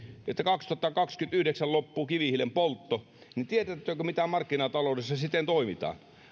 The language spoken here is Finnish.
että kaksituhattakaksikymmentäyhdeksän loppuu kivihiilen poltto niin tiedättekö miten sinä päivänä markkinataloudessa sitten toimitaan